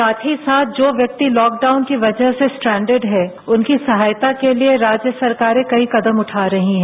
साथ ही साथ जो व्यक्ति लॉकडाउन के वजह से स्ट्रैन्डेड है उनकी सहायता के लिये राज्य सरकारें कई कदम उठा रही हैं